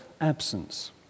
absence